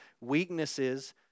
Weaknesses